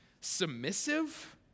Submissive